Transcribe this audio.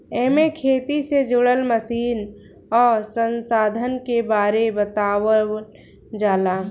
एमे खेती से जुड़ल मशीन आ संसाधन के बारे बतावल जाला